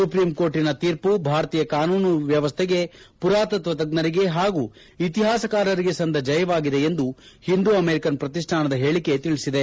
ಸುಪ್ರೀಂಕೋರ್ಟ್ನ ಶೀರ್ಮ ಭಾರತೀಯ ಕಾನೂನು ವ್ಯವಸ್ಥೆಗೆ ಮರಾತತ್ವ ತಜ್ಞರಿಗೆ ಪಾಗೂ ಇತಿಪಾಸಕಾರರಿಗೆ ಸಂದ ಜಯವಾಗಿದೆ ಎಂದು ಹಿಂದೂ ಅಮೆರಿಕನ್ ಪ್ರತಿಷ್ಟಾನದ ಹೇಳಿಕೆ ತಿಳಿಸಿದೆ